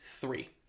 three